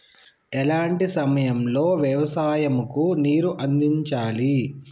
ఎలాంటి సమయం లో వ్యవసాయము కు నీరు అందించాలి?